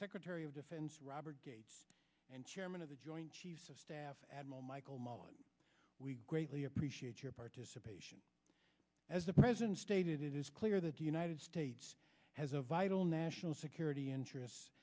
secretary of defense robert gates and chairman of the joint chiefs of staff admiral michael mullen we greatly appreciate your participation as the president stated it is clear that the united states has a vital national security interests